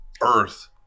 earth